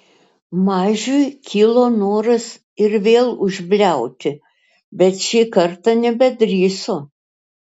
mažiui kilo noras ir vėl užbliauti bet šį kartą nebedrįso